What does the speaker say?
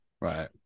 right